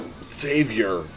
Savior